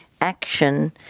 action